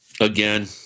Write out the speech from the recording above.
again